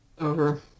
Over